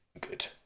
good